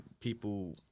people